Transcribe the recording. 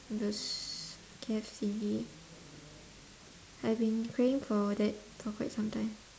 those KFC I've been craving for that for quite some time